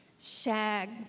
shag